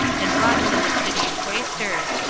and brought to the city quaestors,